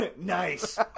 Nice